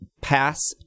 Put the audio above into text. pass